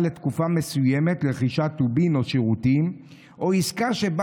לתקופה מסוימת לרכישת טובין או שירותים או עסקה שבה